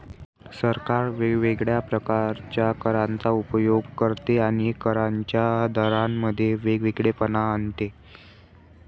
सरकार वेगवेगळ्या प्रकारच्या करांचा उपयोग करते आणि करांच्या दरांमध्ये वेगळेपणा आणते